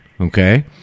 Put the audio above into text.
okay